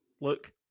look